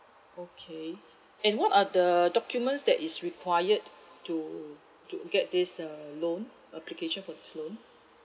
okay and what are the documents that is required to to get this uh loan application for this loan